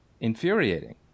infuriating